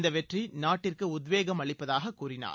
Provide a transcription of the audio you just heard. இந்த வெற்றி நாட்டிற்கு உத்வேகம் அளிப்பதாகக் கூறினார்